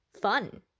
Fun